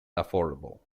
affordable